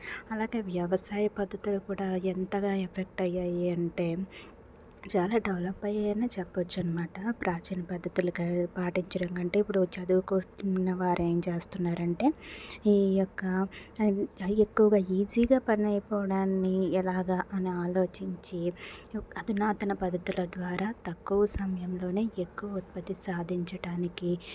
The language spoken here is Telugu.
అలానే వ్యవసాయ పద్ధతులు కూడా ఎంతగా ఎఫెక్ట్ అయ్యాయి అంటే చాలా డెవలప్ అయ్యాయి అని చెప్పొచ్చు అనమాట ప్రాచీన పద్ధతులు పాటించడం కంటే ఇప్పుడు చదువుకున్న వారు ఏం చేస్తున్నారు అంటే ఈ యొక్క ఎక్కువగా ఈజీగా పని అయిపోవడాన్ని ఎలాగా అని ఆలోచించి ఈ యొక్క అధునాతన పద్ధతుల ద్వారా తక్కువ సమయంలోనే ఎక్కువ ఉత్పత్తి సాధించటానికి